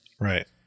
Right